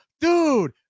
dude